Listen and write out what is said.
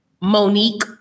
Monique